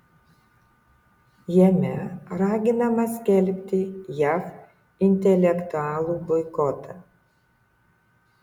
jame raginama skelbti jav intelektualų boikotą